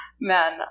man